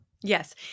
Yes